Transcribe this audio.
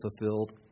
fulfilled